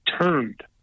turned